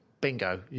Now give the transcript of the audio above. bingo